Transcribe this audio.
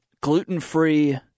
gluten-free